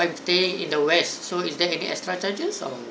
I'm staying in the west so is there any extra charges or